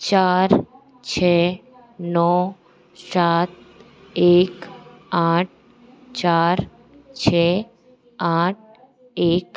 चार छः नौ सात एक आठ चार छः आठ एक